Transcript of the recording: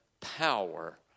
power